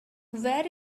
where